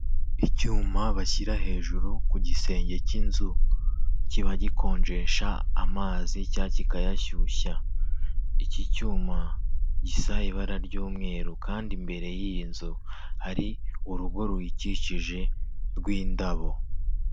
Icyuma bashyira hejuru ku gisenge cy'inzu, kiba gikonjesha amazi cya kikayashyushya, iki cyuma gisa ibara ry'umweru, kandi imbere y'iyi nzu hari urugo ruyikikije rw'indabo.